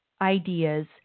ideas